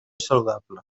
saludable